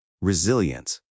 resilience